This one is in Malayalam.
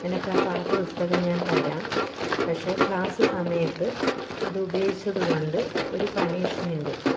നിനക്കാ പാട്ടുപുസ്തകം ഞാൻ തരാം പക്ഷേ ക്ലാസ്സ് സമയത്ത് അത് ഉപയോഗിച്ചതുകൊണ്ട് ഒരു പണിഷ്മെൻറ്റ്